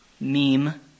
meme